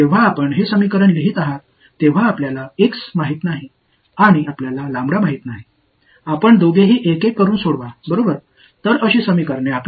நீங்கள் எழுதுகிறீர்கள் இந்த சமன்பாட்டை எழுதும்போது உங்களுக்கு x தெரியாது உங்களுக்குத் தெரியாது இரண்டிற்கும் ஒவ்வொன்றாக நீங்கள் தீர்வு காண்கிறீர்கள்